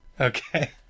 Okay